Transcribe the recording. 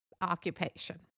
occupation